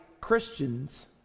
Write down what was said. Christians